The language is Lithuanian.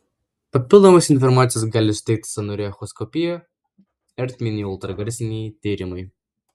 papildomos informacijos gali suteikti sąnarių echoskopija ertminiai ultragarsiniai tyrimai